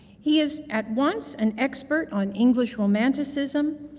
he is at once and expert on english romanticism,